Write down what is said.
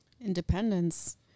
Independence